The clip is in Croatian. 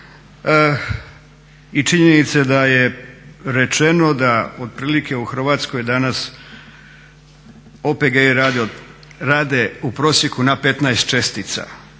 i činjenice da je rečeno da otprilike u Hrvatskoj danas OPG-i rade u prosjeku na 15 čestica,